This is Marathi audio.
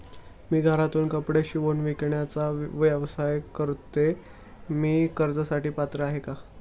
मी घरातूनच कपडे शिवून विकण्याचा व्यवसाय करते, मी कर्जासाठी पात्र आहे का?